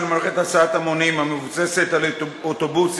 מערכת הסעת המונים המבוססת על אוטובוסים